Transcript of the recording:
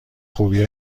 خوبی